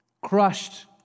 crushed